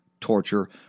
torture